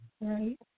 Right